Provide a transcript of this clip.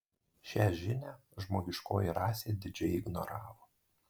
šią žinią žmogiškoji rasė didžiai ignoravo